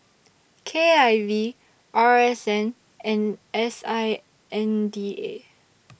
K I V R S N and S I N D A